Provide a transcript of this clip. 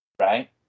right